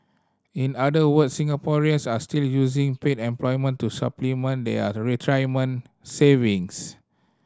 in other words Singaporeans are still using paid employment to supplement their retirement savings